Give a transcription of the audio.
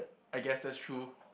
I guess that's true